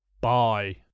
Bye